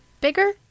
bigger